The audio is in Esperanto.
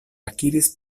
akiris